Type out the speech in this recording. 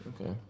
Okay